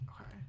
Okay